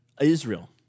Israel